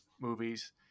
movies